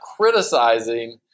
criticizing